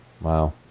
Wow